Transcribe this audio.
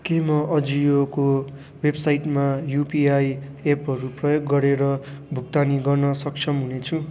के म अजियोको वेबसाइटमा युपिआई एपहरू प्रयोग गरेर भुक्तानी गर्न सक्षम हुनेछु